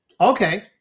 Okay